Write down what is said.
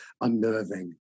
unnerving